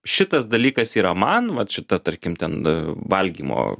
šitas dalykas yra man vat šita tarkim ten valgymo